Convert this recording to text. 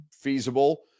feasible